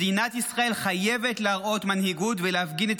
מדינת ישראל חייבת להראות מנהיגות ולהפגין את